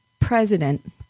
president